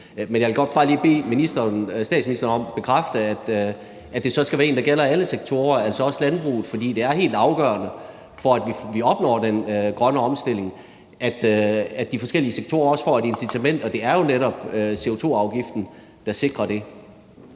Men jeg vil godt bare lige bede statsministeren om at bekræfte, at det så skal være en, der gælder alle sektorer, altså også landbruget, for det er helt afgørende, for at vi opnår den grønne omstilling, at de forskellige sektorer også får et incitament, og det er jo netop CO2-afgiften, der sikrer det.